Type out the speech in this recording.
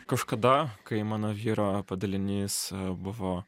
kažkada kai mano vyro padalinys buvo